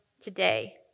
today